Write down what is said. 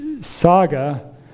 saga